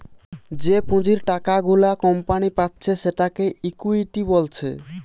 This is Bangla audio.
যে পুঁজির টাকা গুলা কোম্পানি পাচ্ছে সেটাকে ইকুইটি বলছে